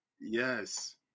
Yes